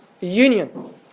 union